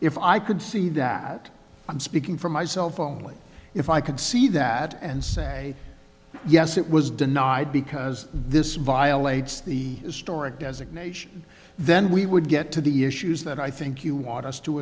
if i could see that i'm speaking for myself only if i could see that and say yes it was denied because this violates the historic designation then we would get to the issues that i think you want us to